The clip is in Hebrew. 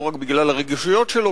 לא רק בגלל הרגישויות שלו,